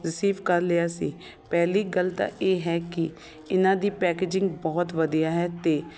receive ਕਰ ਲਿਆ ਸੀ ਪਹਿਲੀ ਗੱਲ ਤਾਂ ਇਹ ਹੈ ਕਿ ਇਨ੍ਹਾਂ ਦੀ ਪੈਕੇਜਿੰਗ ਬਹੁਤ ਵਧੀਆ ਹੈ ਅਤੇ